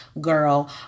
girl